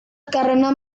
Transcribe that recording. karena